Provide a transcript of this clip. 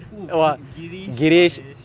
who gerish mahesh